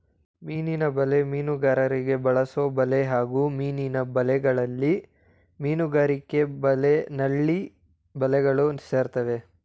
ಮೀನಿನ ಬಲೆ ಮೀನುಗಾರಿಕೆಗೆ ಬಳಸೊಬಲೆ ಹಾಗೂ ಮೀನಿನ ಬಲೆಗಳಲ್ಲಿ ಮೀನುಗಾರಿಕಾ ಬಲೆ ನಳ್ಳಿ ಬಲೆಗಳು ಸೇರ್ತವೆ